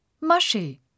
Mushy